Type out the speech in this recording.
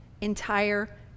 entire